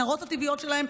אלה המנהרות הטבעיות שלהם,